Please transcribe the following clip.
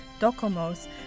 Docomo's